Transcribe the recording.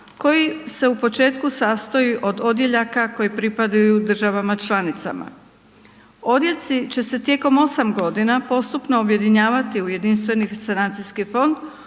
koji se u početku sastoji od odjeljaka koji pripadaju državama članicama. Odjeljci će se tijekom osam godina postupno objedinjavati u Jedinstveni sanacijski fond